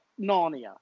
Narnia